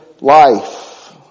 life